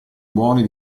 buoni